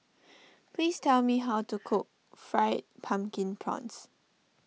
please tell me how to cook Fried Pumpkin Prawns